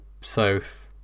south